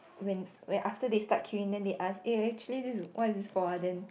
when when after they start queuing then they ask eh actually this what is this for ah then